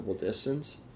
distance